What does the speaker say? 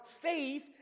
faith